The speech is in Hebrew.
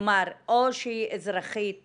כלומר, או שהיא אזרחית